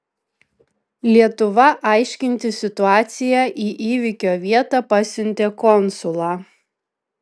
lietuva aiškintis situaciją į įvykio vietą pasiuntė konsulą